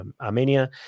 Armenia